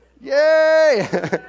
Yay